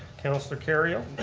councilor kerrio.